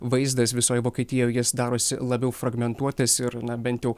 vaizdas visoj vokietijoj jis darosi labiau fragmentuotas ir na bent jau